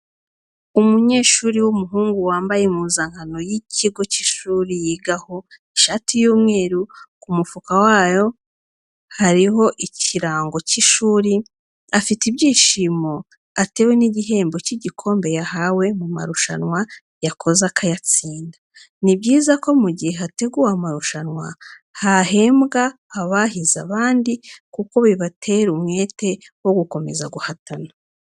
Umunyeshuri w'umuhungu wambaye impuzankano y'ikigo cy'ishuri yigaho ishati y'umweru, ku mufuka wayo hariho ikirango cy'ishuri, afite ibyishimo atewe n'igihembo cy'igikombe yahawe mu marushanwa yakoze akayatsinda. Ni byiza ko mu gihe hateguwe amarusanwa hahembwa abahize abandi kuko bibatera n'umwete wo gukomeza guhatana.